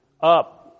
up